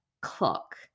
clock